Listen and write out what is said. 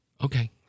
Okay